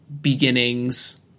beginnings